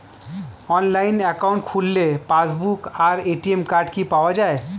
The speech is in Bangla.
অনলাইন অ্যাকাউন্ট খুললে পাসবুক আর এ.টি.এম কার্ড কি পাওয়া যায়?